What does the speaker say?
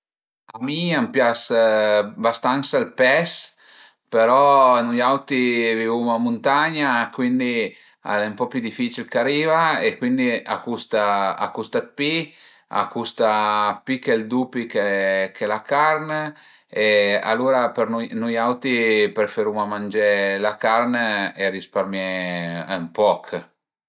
A mi a m'pias bastansa ël pes però nui auti vivuma ën muntagna e cuindi al e ën po pi dificil ch'ariva e cuindi a custa a custa dë pi, a custa pi chë ël dupi che che la carn e alura për nui nui auti preferuma mangé la carn e risparmi* ën poch